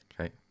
Okay